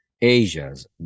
Asia's